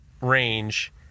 range